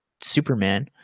Superman